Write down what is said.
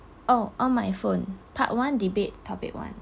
oh on my phone part one debate topic one